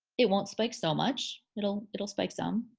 it won't spike so much, it'll it'll spike some.